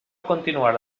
continuar